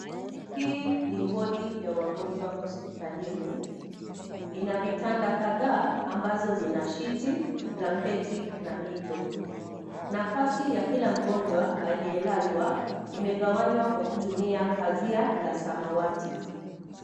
Hii ni wadi ya wagonjwa hospitalini ina vitanda kadhaa ambazo zina sheeti blanketi na mito nafasi ya kila mgonjwa aliyelazwa imegawanywa kwa kutimia pazia la samawati